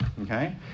Okay